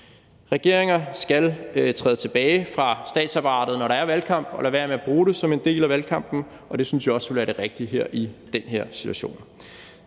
Regeringer skal træde tilbage fra statsapparatet, når der er valgkamp, og lade være med at bruge det som en del af valgkampen, og det synes vi også ville være det rigtige i den her situation.